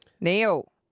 Neil